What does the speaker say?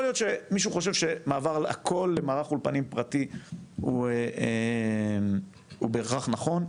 יכול להיות שמישהו חושב שמעבר הכל למערך אולפנים פרטי הוא בהכרח נכון,